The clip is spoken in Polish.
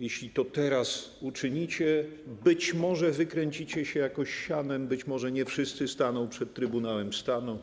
Jeśli to teraz uczynicie, być może wykręcicie się jakoś sianem, być może nie wszyscy staną przed Trybunałem Stanu,